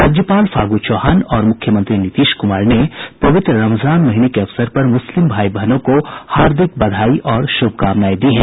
राज्यपाल फागू चौहान और मुख्यमंत्री नीतीश कुमार ने पवित्र रमजान महीने के अवसर पर मुस्लिम भाई बहनों को हार्दिक बधाई और शुभकामना भी दी है